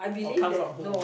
or come from who